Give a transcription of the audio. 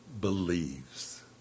believes